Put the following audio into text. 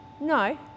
no